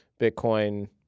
Bitcoin